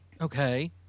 Okay